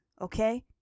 Okay